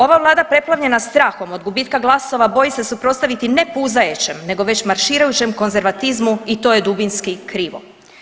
Ova vlada preplavljena strahom od gubitka glasova boji se suprotstaviti ne puzajećem nego već marširajućem konzervativizmu i to je dubinski krivo.